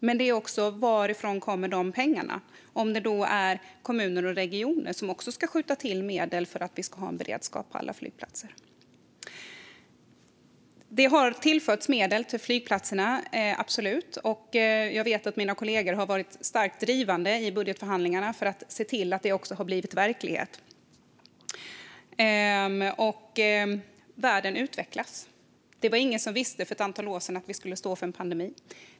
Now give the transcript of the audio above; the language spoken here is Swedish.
Men frågan är varifrån de pengarna kommer om kommuner och regioner också ska skjuta till medel för att vi ska ha beredskap på alla flygplatser. Det har tillförts medel till flygplatserna, absolut, och jag vet att mina kollegor har varit starkt drivande i budgetförhandlingarna för att se till att det blir verklighet. Världen utvecklas. Det var ingen som visste för ett antal år sedan att vi skulle stå inför en pandemi.